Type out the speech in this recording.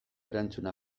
erantzuna